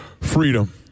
Freedom